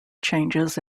changes